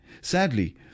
Sadly